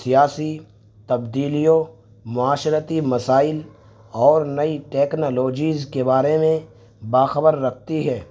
سیاسی تبدیلیوں معاشرتی مسائل اور نئی ٹیکنالوجیز کے بارے میں باخبر رکھتی ہے